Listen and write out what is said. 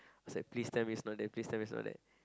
was please tell me it's not that please tell me it's not that